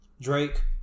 Drake